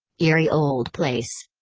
eerie old place.